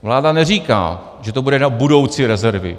Vláda neříká, že to bude budoucí rezervy.